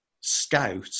scout